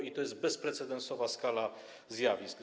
I to jest bezprecedensowa skala zjawisk.